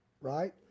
right